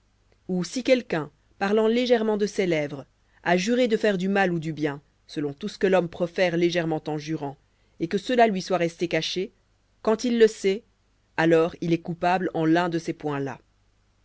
ou si quelqu'un parlant légèrement de ses lèvres a juré de faire du mal ou du bien selon tout ce que l'homme profère légèrement en jurant et que cela lui soit resté caché quand il le sait alors il est coupable en l'un de ces points là